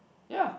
ya